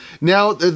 Now